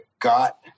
got